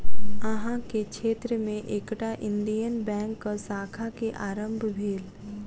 अहाँ के क्षेत्र में एकटा इंडियन बैंकक शाखा के आरम्भ भेल